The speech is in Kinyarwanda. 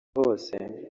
hose